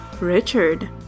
Richard